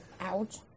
Ouch